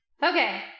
Okay